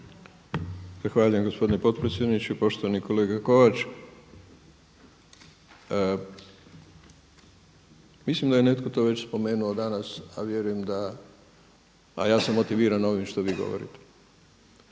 Zahvaljujem poštovani gospodine potpredsjedniče. Poštovani kolega Kovač, mislim da je netko to već spomenuo danas, a vjerujem da, a ja sam motiviran ovim što vi govorite.